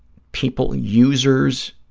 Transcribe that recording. people, users